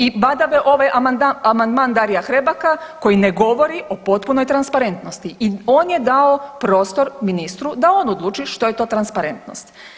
I badava ovaj amandman Daria Hrebaka koji ne govori o potpunoj transparentnosti i on je dao prostor ministru da on odluči što je to transparentnost.